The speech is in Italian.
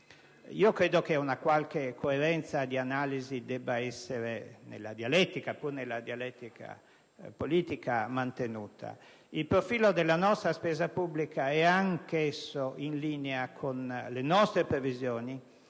Credo che una qualche coerenza di analisi debba essere mantenuta, pur nella dialettica politica. Il profilo della nostra spesa pubblica è anch'esso in linea con le nostre previsioni